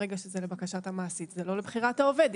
ברגע שזה לבקשת המעסיק, זה לא לבחירת העובד.